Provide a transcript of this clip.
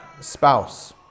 spouse